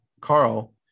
carl